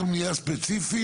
בנייה ספציפי.